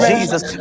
Jesus